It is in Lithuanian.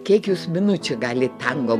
kiek jūs minučių galit tango